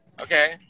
Okay